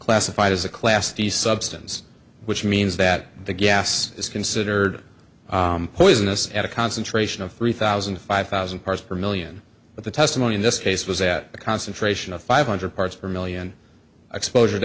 classified as a class the substance which means that the gas is considered poisonous at a concentration of three thousand five thousand parts per million but the testimony in this case was that the concentration of five hundred parts per million exposure to